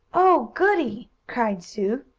oh, goodie! cried sue.